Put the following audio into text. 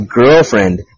girlfriend